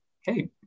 Hey